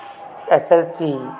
S L C